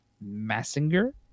Massinger